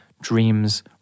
dreams